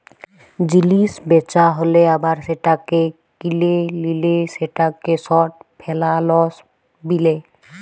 জিলিস বেচা হ্যালে আবার সেটাকে কিলে লিলে সেটাকে শর্ট ফেলালস বিলে